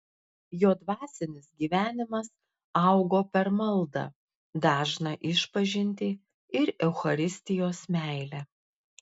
jo dvasinis gyvenimas augo per maldą dažną išpažintį ir eucharistijos meilę